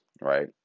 right